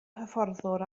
hyfforddwr